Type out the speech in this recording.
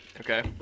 Okay